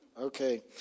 Okay